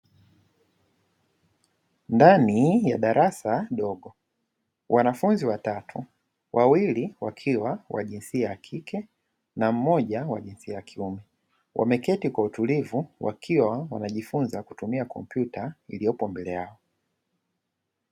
Ndani ya darasa dogo, wanafunzi watatu wawili wakiwa wa jinsia ya kike na mmoja jinsia ya kiume, wamekati kwa utulivu wakiwa wanajifunza kutumia kompyuta iliyopo mbele yao